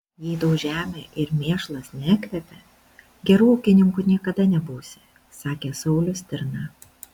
jei tau žemė ir mėšlas nekvepia geru ūkininku niekada nebūsi sakė saulius stirna